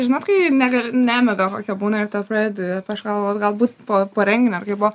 žinot kai negal nemiga kokia būna ir tu pradedi kažką galvot galbūt po po renginio ar kai buvo